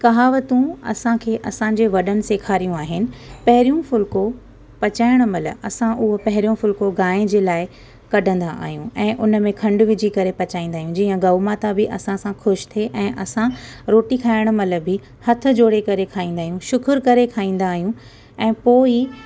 कहावतूं असांखे असांजे वॾनि सेखारियूं आहिनि पहिरियूं फुलिको पचाइण महिल असां उहो पहिरों फुलिको गांहि जे लाइ कढंदा आहियूं ऐं उन में खंड विझी करे पचाईंदा आहियूं जीअं गऊं माता बि असां सां ख़ुशि थिए ऐं असां रोटी खाइण महिल बि हथ जोड़े करे खाईंदा आहियूं शुक्रु करे खाईंदा आहियूं ऐं पोइ ई